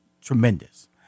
tremendous